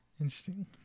Interesting